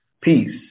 Peace